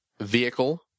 vehicle